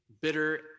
bitter